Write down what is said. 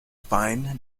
fine